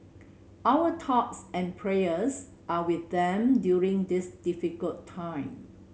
our thoughts and prayers are with them during this difficult time